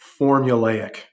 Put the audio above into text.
formulaic